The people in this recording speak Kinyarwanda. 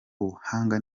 ubuhanga